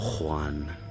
Juan